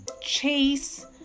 chase